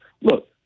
Look